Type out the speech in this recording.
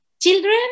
children